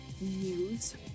news